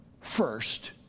first